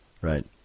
right